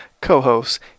Co-hosts